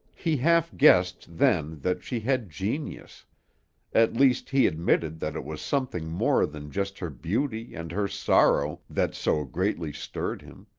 he half-guessed then that she had genius at least, he admitted that it was something more than just her beauty and her sorrow that so greatly stirred him.